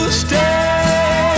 stay